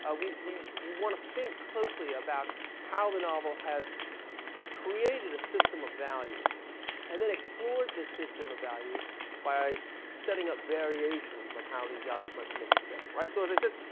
ah we, we, you want to think closely about how the novel has created a system of value and then explored this system of value by setting up variations on how these values might be mixed together. right. so i said,